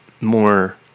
more